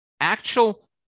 actual